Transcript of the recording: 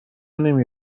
نمی